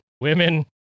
women